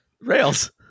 Rails